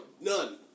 None